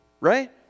right